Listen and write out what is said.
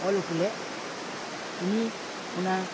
ᱚᱞ ᱚᱴᱚ ᱞᱮᱫ ᱩᱱᱤ ᱚᱱᱟ